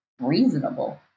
reasonable